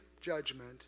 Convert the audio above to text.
judgment